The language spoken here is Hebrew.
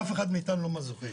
אף אחד מאתנו לא מזוכיסט,